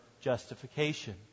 justification